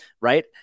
right